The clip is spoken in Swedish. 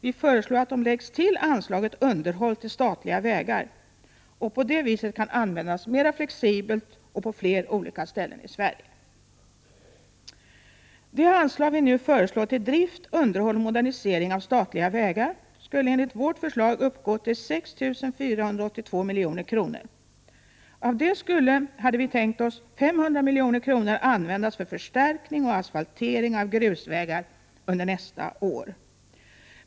Vi föreslår att de läggs till anslaget Underhåll av statliga vägar och på det viset kan användas mera flexibelt och på flera olika ställen i Sverige. Det anslag som vi nu föreslår till Drift, underhåll och modernisering av statliga vägar skulle enligt vårt förslag uppgå till 6 482 milj.kr. Av dessa pengar hade vi tänkt oss att 500 milj.kr. skall användas till förstärkning och asfaltering av grusvägar under nästa år.